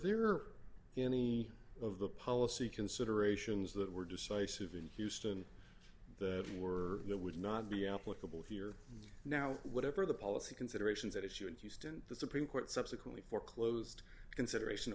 there any of the policy considerations that were decisive in houston that or that would not be applicable here now whatever the policy considerations that issue is used in the supreme court subsequently foreclosed d consideration